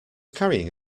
carrying